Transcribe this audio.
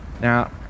Now